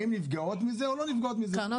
האם נפגעות מזה או לא נפגעות מזה?